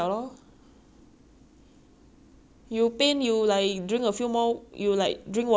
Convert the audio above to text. you pain you like drink a few more you like drink water a few more times then you know not to do it already lah